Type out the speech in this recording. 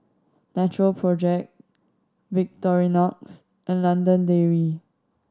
Natural Project Victorinox and London Dairy